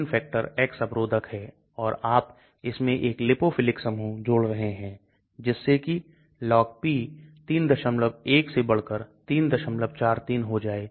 जब आप एक को बदलते हैं और इसे अनुकूल बनाते हैं तो कुछ और प्रतिकूल हो सकता है जैसा कि आप इस विशेष उदाहरण में देख सकते हैं